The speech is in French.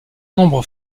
nombre